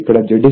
05 మరియు R 0